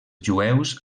jueus